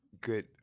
good